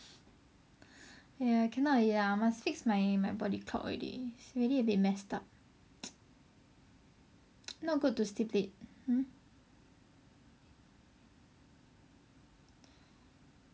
!aiya! cannot already lah must fix my my body clock already it's already a bit messed up not good to sleep late hmm